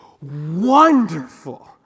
wonderful